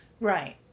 Right